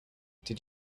did